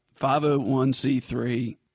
501C3